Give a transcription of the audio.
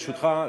ברשותך,